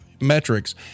metrics